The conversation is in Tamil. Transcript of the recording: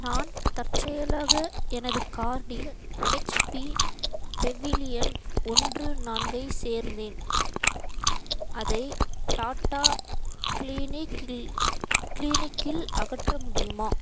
நான் தற்செயலாக எனது கார்ட்டில் ஹெச்பி பெவிலியன் ஒன்று நான்கை சேர்ந்தேன் அதை டாடா க்ளீனிக்கில் க்ளீனிக்கில் அகற்ற முடியுமா